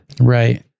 right